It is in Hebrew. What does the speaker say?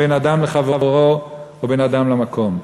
בין אדם לחברו ובין אדם למקום.